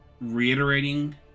reiterating